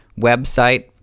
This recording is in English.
website